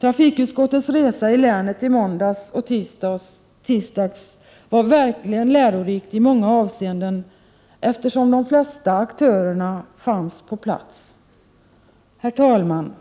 Trafikutskottets resa i länet i måndags och tisdags var verkligen lärorik i många avseenden, eftersom de flesta aktörerna fanns på plats. Herr talman!